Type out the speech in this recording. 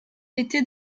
était